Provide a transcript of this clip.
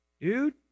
dude